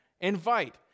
invite